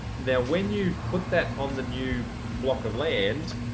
now when you put that on the new block of land,